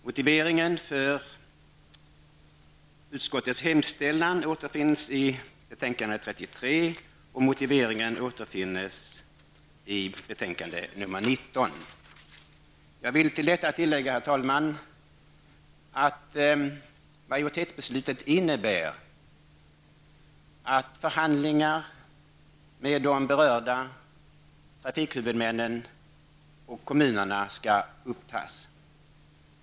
Motiveringen för utskottets hemställan återfinns i det i går behandlade betänkandet nr 19. Jag vill till detta tillägga, herr talman, att majoritetsbeslutet innebär att förhandlingar med de berörda trafikhuvudmännen och kommunerna upptas.